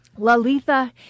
Lalitha